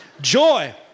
joy